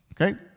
Okay